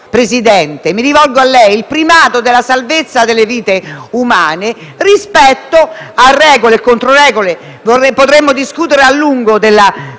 Presidente, mi rivolgo a lei - della salvezza delle vite umane e le regole e controregole (potremmo discutere a lungo sulla